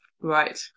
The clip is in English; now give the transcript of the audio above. Right